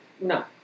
No